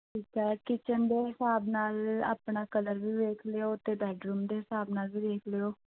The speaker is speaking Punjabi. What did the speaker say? ਠੀਕ ਹੈ ਕਿਚਨ ਦੇ ਹਿਸਾਬ ਨਾਲ ਆਪਣਾ ਕਲਰ ਵੀ ਵੇਖ ਲਿਓ ਅਤੇ ਬੈਡਰੂਮ ਦੇ ਹਿਸਾਬ ਨਾਲ ਵੀ ਵੇਖ ਲਿਓ